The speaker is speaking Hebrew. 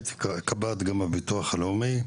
הייתי קב"ט גם הביטוח הלאומי,